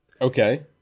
Okay